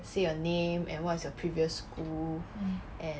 say your name and what's your previous school at